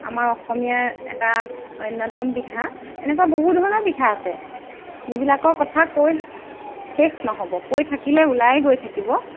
আমাৰ অসমীয়াৰ এটা অন্যতম পিঠা এনেকুৱা বহু ধৰণৰ পিঠা আছে যিবিলাকৰ কথা কৈ শেষ নহ'ব কৈ থাকিলে ওলাই গৈ থাকিব